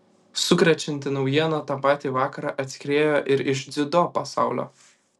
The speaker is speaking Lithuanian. sukrečianti naujiena tą patį vakarą atskriejo ir iš dziudo pasaulio